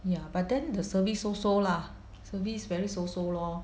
ya but then the service so-so lah service very so-so lor